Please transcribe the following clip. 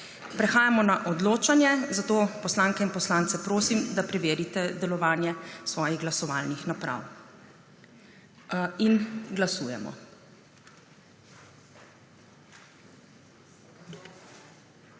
Prehajamo na odločanje, zato poslanke in poslance prosim, da preverite delovanje svojih glasovalnih naprav. Glasujemo.